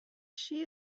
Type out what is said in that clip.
she